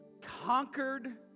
conquered